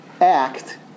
act